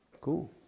Cool